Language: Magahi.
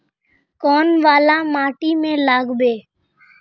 कौन वाला माटी में लागबे?